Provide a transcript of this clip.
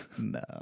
No